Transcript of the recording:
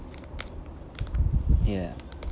ya